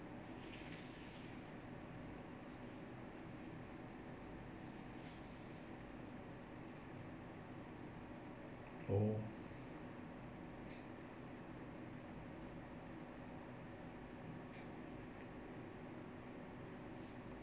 oh